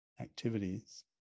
activities